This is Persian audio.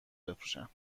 بفروشن